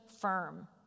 firm